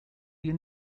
your